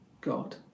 God